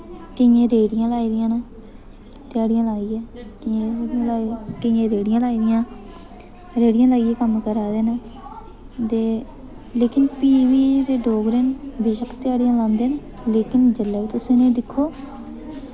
केइयें रेह्ड़ियां लाई दियां न ध्याड़ियां लाइयै केइयें रेह्ड़ियां लाई दियां रेह्ड़ियां लाइयै कम्म करै दे न ते लेकिन फ्ही बी जेह्ड़े डोगरे न बेशक ध्याड़ियां लांदे न लेकिन जिल्लै बी तुस इ'नें दिक्खो